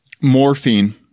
morphine